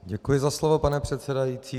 Děkuji za slovo, pane předsedající.